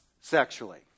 sexually